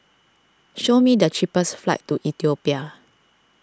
show me the cheapest flights to Ethiopia